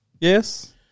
yes